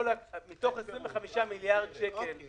מתוך 25 מיליארד שקלים